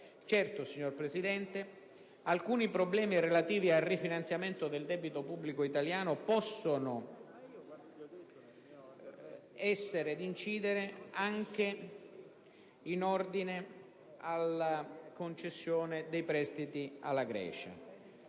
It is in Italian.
Certo, signora Presidente, alcuni problemi relativi al rifinanziamento del debito pubblico italiano possono esservi ed incidere anche in ordine alla concessione dei prestiti alla Grecia.